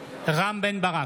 רם בן ברק,